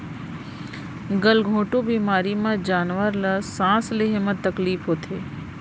गल घोंटू बेमारी म जानवर ल सांस लेहे म तकलीफ होथे